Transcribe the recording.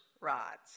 rods